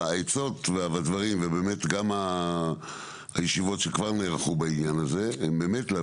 העצות וגם הישיבות שכבר נערכו בעניין הזה הן כדי שזה